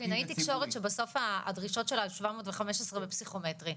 קלינאית תקשורת שבסוף הדרישות שלה הן 715 בפסיכומטרי,